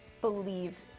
believe